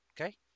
Okay